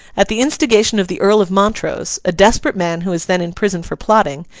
at the instigation of the earl of montrose, a desperate man who was then in prison for plotting,